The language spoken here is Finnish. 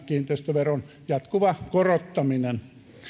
kiinteistöveron jatkuva korottaminen iskee täydellä